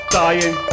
dying